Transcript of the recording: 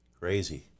Crazy